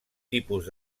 tipus